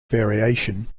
variation